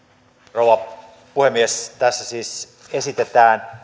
rouva puhemies tässä siis esitetään